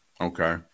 Okay